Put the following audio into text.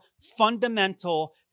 fundamental